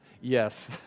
Yes